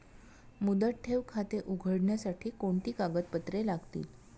मुदत ठेव खाते उघडण्यासाठी कोणती कागदपत्रे लागतील?